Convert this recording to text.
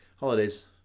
Holidays